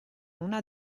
una